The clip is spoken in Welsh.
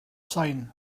sain